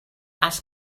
ask